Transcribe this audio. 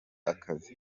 akazi